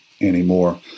anymore